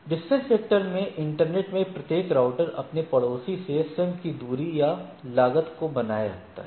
distance vector में internetwork में प्रत्येक राउटर अपने पड़ोसी से स्वयं की दूरी या लागत को बनाए रखता है